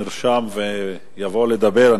נרשם ויבוא לדבר,